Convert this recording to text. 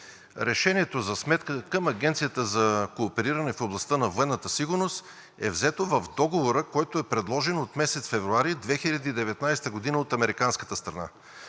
Решението за сметка към Агенцията за коопериране в областта на военната сигурност е взето в Договора, който е предложен от месец февруари 2019 г. от американската страна.